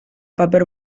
paper